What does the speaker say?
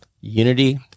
unity